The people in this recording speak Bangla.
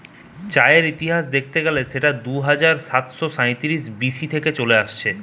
চায়ের ইতিহাস দেখতে গেলে সেটা দুই হাজার সাতশ সাইতিরিশ বি.সি থেকে চলে আসতিছে